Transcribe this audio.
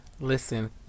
listen